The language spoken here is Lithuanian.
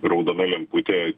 raudona lemputė